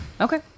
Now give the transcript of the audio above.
Okay